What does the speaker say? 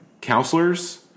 counselors